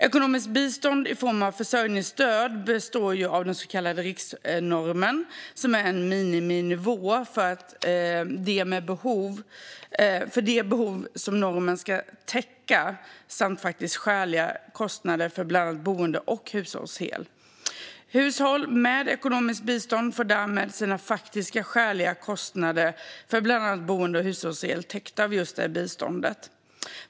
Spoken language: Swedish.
Ekonomiskt bistånd i form av försörjningsstöd består av den så kallade riksnormen, som är en miniminivå för de behov som normen ska täcka, samt faktiska skäliga kostnader för bland annat boende och hushållsel. Hushåll med ekonomiskt bistånd får därmed sina faktiska skäliga kostnader för bland annat boende och hushållsel täckta av biståndet.